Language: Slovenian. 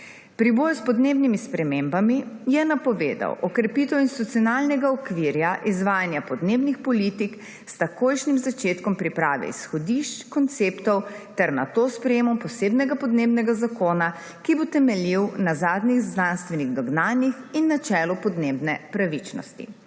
Pri boju s podnebnimi spremembami je napovedal okrepitev institucionalnega okvirja izvajanja podnebnih politik s takojšnjim začetkom priprave izhodišč, konceptov ter nato s sprejetjem posebnega podnebnega zakona, ki bo temeljil na zadnjih znanstvenih dognanjih in načelu podnebne pravičnosti.